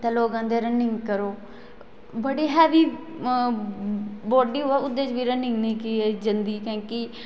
ते लोक आंदे रन्निंग करो बड़े हेवी बाॅडी होऐ ओहदे च बी रन्निंग नेईं कीती जंदी कि